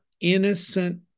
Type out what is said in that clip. innocent